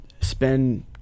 spend